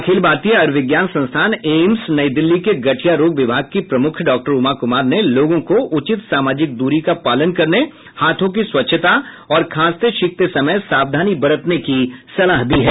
अखिल भारतीय आयूर्विज्ञान संस्थान एम्स नई दिल्ली के गठिया रोग विभाग की प्रमुख डॉ उमा कुमार ने लोगों को उचित सामाजिक दूरी का पालन करने हाथों की स्वच्छता और खांसते छींकते समय सावधानी बरतने की सलाह दी है